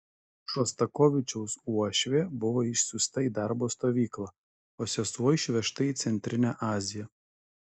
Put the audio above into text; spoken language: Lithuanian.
šostakovičiaus uošvė buvo išsiųsta į darbo stovyklą o sesuo išvežta į centrinę aziją